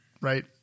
right